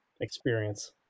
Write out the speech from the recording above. experience